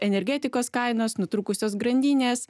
energetikos kainos nutrūkusios grandinės